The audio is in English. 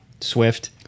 Swift